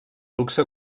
luxe